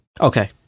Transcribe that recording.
Okay